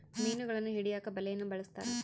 ಮೀನುಗಳನ್ನು ಹಿಡಿಯಕ ಬಲೆಯನ್ನು ಬಲಸ್ಥರ